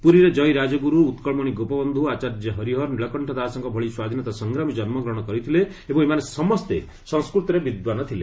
ପୁରୀରେ ଜୟୀରାଜଗୁରୁ ଉତ୍କଳମଣି ଗୋପବନ୍ଧୁ ଆଚାର୍ଯ୍ୟ ହରିହର ନୀଳକଣ୍ଠ ଦାଶଙ୍କ ଭଳି ସ୍ୱାଧୀନତା ସଂଗ୍ରାମୀ ଜନ୍ମଗ୍ରହଣ କରିଥିଲେ ଏବଂ ଏମାନେ ସମସ୍ତେ ସଂସ୍କୃତରେ ବିଦ୍ୱାନ ଥିଲେ